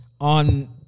On